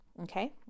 okay